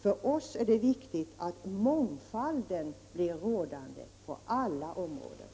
För oss är det viktigt att mångfalden blir rådande på alla områden.